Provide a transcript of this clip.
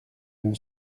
mon